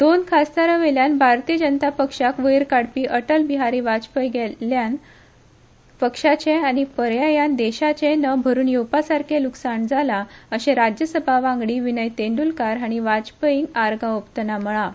दोन खासदारां वयल्यान भारतीय जनता पक्षाक वयर काडपी अटल बिहारी वाजपयी गेल्ल्यान पक्षाचे आनी पर्यायान देशाचें न भरून येवपा सारके लुकसाण जालां अशें राज्यसभा वांगडी विनय तेंड्रलकार हांणी वाजपेयींक आर्गां ओंपतना म्हळां